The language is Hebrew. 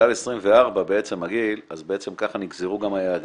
הגיל, 24, אז ככה נגזרו גם היעדים.